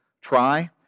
try